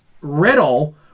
Riddle